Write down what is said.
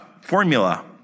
Formula